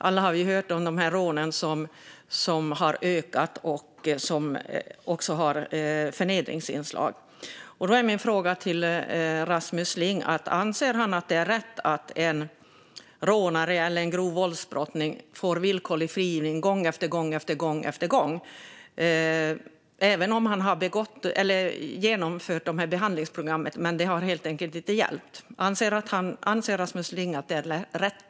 Alla har ju hört om rånen som ökar och också har förnedringsinslag. Då är min fråga till Rasmus Ling: Anser han att det är rätt att en rånare eller en person som begått grova våldsbrott får villkorlig frigivning gång på gång? Personen har genomgått behandlingsprogrammen, men de har helt enkelt inte hjälpt. Anser Rasmus Ling att det är rätt?